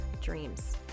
dreams